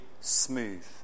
smooth